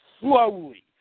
Slowly